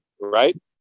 right